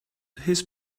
his